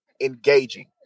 engaging